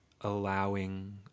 allowing